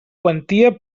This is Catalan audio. quantia